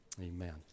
Amen